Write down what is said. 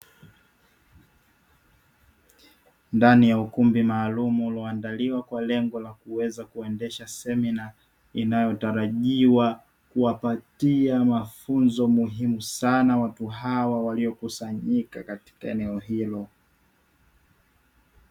Ndani ya ukumbi maalum ulioandaliwa kwa lengo la kuweza kuendesha semina inayotarajiwa kuwapatia mafunzo muhimu sana watu hawa waliokusanyika katika eneo hilo.